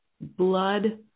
blood